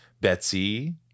Betsy